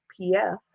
PF